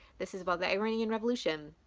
this is about the iranian revolution,